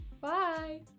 Bye